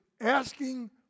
asking